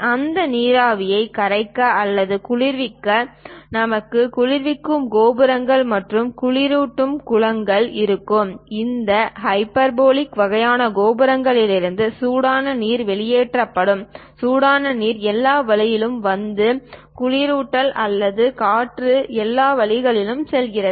அந்த நீராவியைக் கரைக்க அல்லது குளிர்விக்க நமக்கு குளிர்விக்கும் கோபுரங்கள் மற்றும் குளிரூட்டும் குளங்கள் இருக்கும் இந்த ஹைபர்போலிக் வகையான கோபுரங்களிலிருந்து சூடான நீர் வெளியேற்றப்படும் சூடான நீர் எல்லா வழிகளிலும் வந்து குளிரூட்டல் அல்லது காற்று எல்லா வழிகளிலும் செல்கிறது